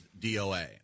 DOA